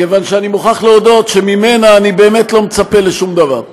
מכיוון שאני מוכרח להודות שממנה אני באמת לא מצפה לשום דבר.